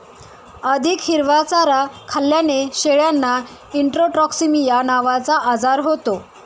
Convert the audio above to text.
अधिक हिरवा चारा खाल्ल्याने शेळ्यांना इंट्रोटॉक्सिमिया नावाचा आजार होतो